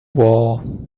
war